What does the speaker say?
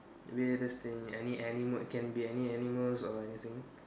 weirdest thing any animal it can be any animals or anything